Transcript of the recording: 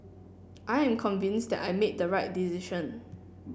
I am convinced that I made the right decision